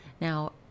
now